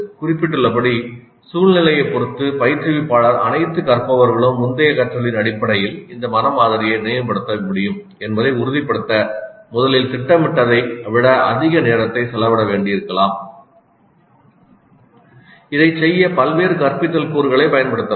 குறிப்பிட்டுள்ளபடி சூழ்நிலையைப் பொறுத்து பயிற்றுவிப்பாளர் அனைத்து கற்பவர்களும் முந்தைய கற்றலின் அடிப்படையில் இந்த மன மாதிரியை நினைவுபடுத்த முடியும் என்பதை உறுதிப்படுத்த முதலில் திட்டமிட்டதை விட அதிக நேரத்தை செலவிட வேண்டியிருக்கலாம் இதைச் செய்ய பல்வேறு கற்பித்தல் கூறுகளைப் பயன்படுத்தலாம்